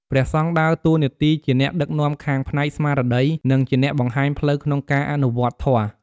ក្នុងនាមជាអ្នកដឹកនាំដ៏ខ្ពង់ខ្ពស់ ព្រះអង្គមានតួនាទីសំខាន់ៗជាច្រើនក្នុងការទទួលបដិសណ្ឋារកិច្ចភ្ញៀវ។